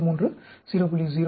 13 0